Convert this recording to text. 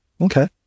Okay